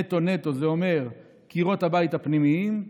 נטו-נטו זה אומר קירות הבית הפנימיים,